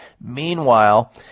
meanwhile